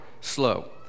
slow